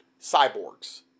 cyborgs